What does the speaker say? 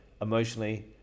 emotionally